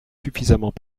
suffisamment